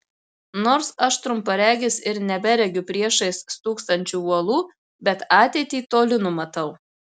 nors aš trumparegis ir neberegiu priešais stūksančių uolų bet ateitį toli numatau